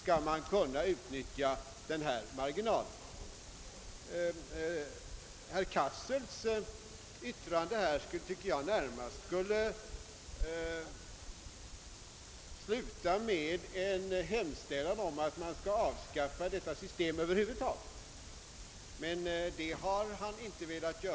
Herr Cassels anförande tycker jag närmast skulle ha utmynnat i en hemställan om att detta system avskaffades, men det har han inte velat göra.